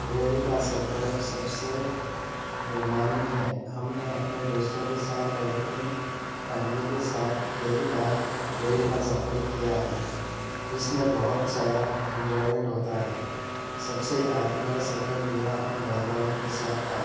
rail کا سفر سب سے رومانی ہے ہم نے اپنے دوستوں کے ساتھ اور اپنی فیملی کے ساتھ کئی بار ریل کا سفر کیا ہے جس میں بہت سارا انجوائمنٹ ہوتا ہے سب سے یادگار سفر میرا اپنے گھر والوں کے ساتھ تھا